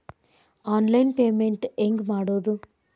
Online payment ಹೆಂಗ್ ಮಾಡೋದು?